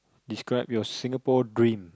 describe your Singapore dream